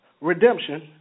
redemption